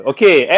Okay